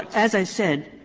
as i said,